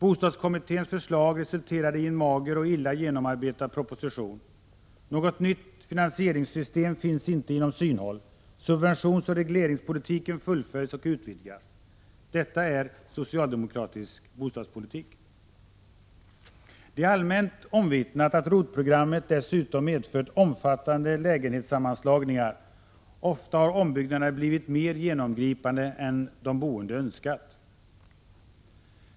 Bostadskommitténs förslag resulterade i en mager och illa genomarbetad proposition, något nytt finansieringssystem finns inte inom synhåll och subventionsoch regleringspolitiken fullföljs och utvidgas. Detta är socialdemokratisk bostadspolitik. Det är allmänt omvittnat att ROT-programmet dessutom medfört omfattande lägenhetssammanslagningar. Ofta har ombyggnaderna blivit mer genomgripande än de boende önskat.